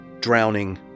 drowning